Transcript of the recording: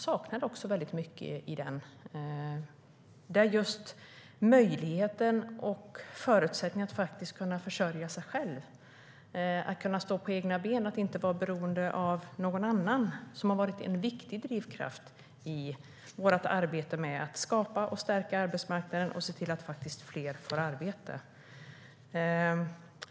Förutsättningarna för och möjligheterna att försörja sig själv och kunna stå på egna ben och inte vara beroende av någon annan har varit en viktig drivkraft i vårt arbete med att stärka arbetsmarknaden och se till att fler får arbete.